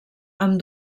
amb